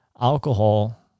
alcohol